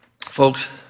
Folks